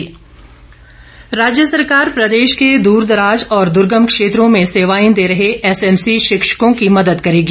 प्रश्नकाल राज्य सरकार प्रदेश के द्रदराज और दूर्गम क्षेत्रों में सेवाएं दे रहे एसएमसी शिक्षकों की मदद करेगी